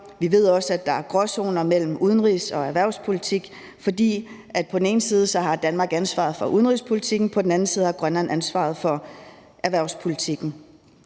Vi ved også, at der er gråzoner mellem udenrigs- og erhvervspolitik, for på den ene side har Danmark ansvaret for udenrigspolitikken, og på den anden side har Grønland ansvaret for erhvervspolitikken.